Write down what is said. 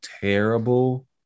terrible